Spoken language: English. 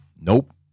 Nope